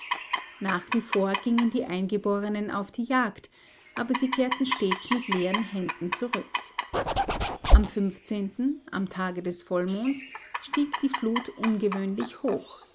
nach wie vor gingen die eingeborenen auf die jagd aber sie kehrten stets mit leeren händen zurück am am tage des vollmonds stieg die flut ungewöhnlich hoch